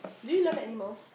do you love animals